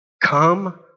Come